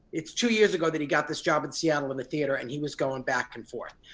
it's two years ago that he got this job in seattle in the theater and he was going back and forth.